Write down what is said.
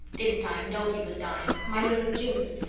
didn't i know he was dying my little jims!